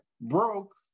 broke